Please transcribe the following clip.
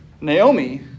Naomi